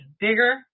bigger